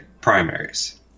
primaries